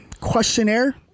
questionnaire